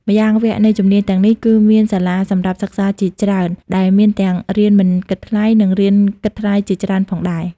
ម្យ៉ាងវគ្គនៃជំនាញទាំងនេះគឺមាន សាលាសម្រាប់សិក្សាជាច្រើន ដែលមានទាំងរៀនមិនគិតថ្លៃ និងរៀនគិតថ្លៃជាច្រើនផងដែរ។